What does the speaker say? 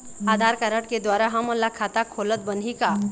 आधार card के द्वारा हमन ला खाता खोलत बनही का?